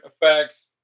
effects